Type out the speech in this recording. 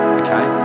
okay